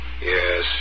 Yes